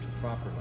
properly